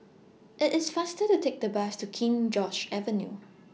IT IS faster to Take The Bus to King George's Avenue